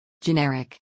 Generic